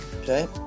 Okay